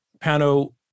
Pano